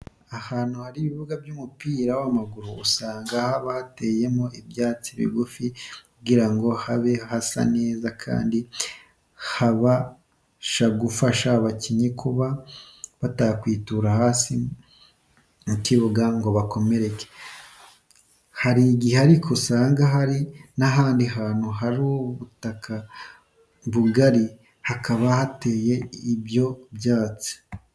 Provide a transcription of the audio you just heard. Ahantu hari ibibuga by'umupira w'amaguru usanga haba hateyemo ibyatsi bigufi kugira ngo habe hasa neza kandi habasha gufasha abakinnyi kuba batakwitura hasi mu kibuga ngo bakomereke. Hari igihe ariko usanga hari n'ahandi hantu hari ubutaka bugari hakaba hateye ibyo byatsi.